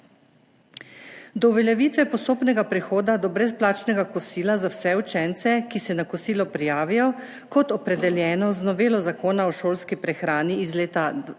Do uveljavitve postopnega prehoda do brezplačnega kosila za vse učence, ki se na kosilo prijavijo, kot opredeljeno z novelo Zakona o šolski prehrani iz leta 2023,